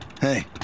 Hey